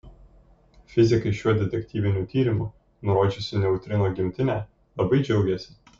fizikai šiuo detektyviniu tyrimu nurodžiusiu neutrino gimtinę labai džiaugiasi